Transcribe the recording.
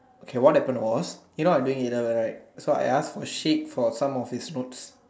okay what happen was you know I was doing A-level right so I ask for Sheikh for some of his notes